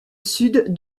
sud